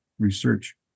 research